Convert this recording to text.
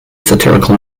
satirical